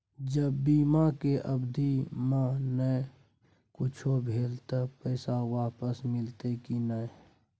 ज बीमा के अवधि म नय कुछो भेल त पैसा वापस मिलते की नय?